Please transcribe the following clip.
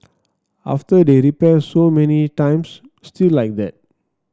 after they repair so many times still like that